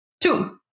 Two